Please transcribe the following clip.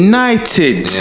United